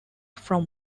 from